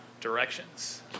directions